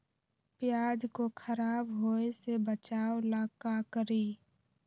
प्याज को खराब होय से बचाव ला का करी?